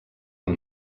amb